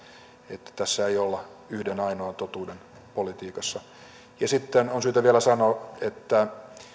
että tässä ei olla yhden ainoan totuuden politiikassa sitten on syytä vielä sanoa että